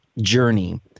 journey